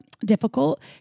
difficult